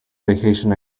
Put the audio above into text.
vacation